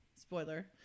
spoiler